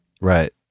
Right